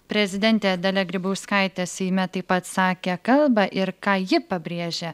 prezidentė dalia grybauskaitė seime taip pat sakė kalbą ir ką ji pabrėžia